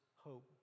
hope